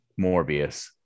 Morbius